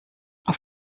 auf